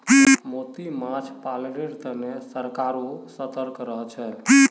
मोती माछ पालनेर तने सरकारो सतर्क रहछेक